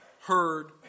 heard